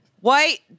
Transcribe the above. white